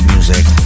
Music